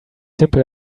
simple